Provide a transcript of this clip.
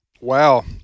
wow